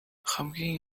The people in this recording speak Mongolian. хамгийн